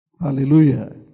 Hallelujah